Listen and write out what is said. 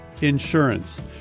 insurance